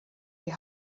die